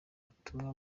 butumwa